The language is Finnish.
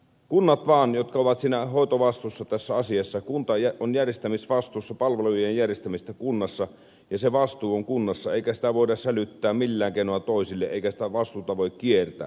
punakkaan jotka ovat sinä hoitovastuusta tässä asiassa kun kunta on vastuussa palvelujen järjestämisestä kunnassa ja se vastuu on kunnassa eikä sitä voida sälyttää millään keinoilla toisille eikä sitä vastuuta voi kiertää